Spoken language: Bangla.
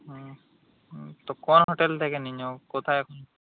হুম তো কোন হোটেল থেকে নিয়ে যাব কোথা